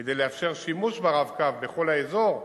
כדי לאפשר שימוש ב"רב-קו" בכל האזור,